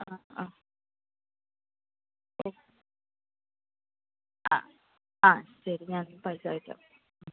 ആ ആ ഓ ആ ആ ശരി ഞാൻ പൈസ അയച്ചോളാം